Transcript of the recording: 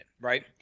right